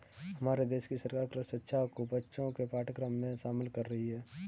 हमारे देश की सरकार कृषि शिक्षा को बच्चों के पाठ्यक्रम में शामिल कर रही है